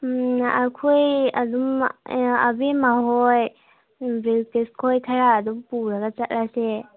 ꯎꯝ ꯑꯩꯈꯣꯏ ꯑꯗꯨꯝ ꯑꯕꯦꯝꯃꯍꯣꯏ ꯕꯤꯌꯨꯇꯤꯁꯈꯣꯏ ꯈꯔ ꯑꯗꯨꯝ ꯄꯨꯔꯒ ꯆꯠꯂꯁꯦ